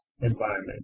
environment